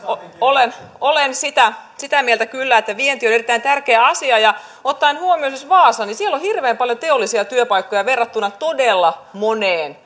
olen olen sitä sitä mieltä kyllä että vienti on erittäin tärkeä asia ja ottaen huomioon esimerkiksi vaasan siellä on hirveän paljon teollisia työpaikkoja verrattuna todella moneen